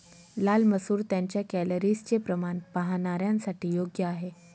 लाल मसूर त्यांच्या कॅलरीजचे प्रमाण पाहणाऱ्यांसाठी योग्य आहे